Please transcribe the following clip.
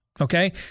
Okay